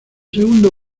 segundo